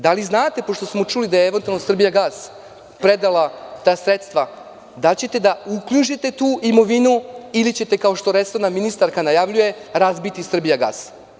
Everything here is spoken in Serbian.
Da li znate pošto smo čuli da je eventualno „Srbijagas“ predala ta sredstva, da li ćete da uknjižite tu imovinu ili ćete kao što resorna ministarka najavljuje razbiti „Srbijagas“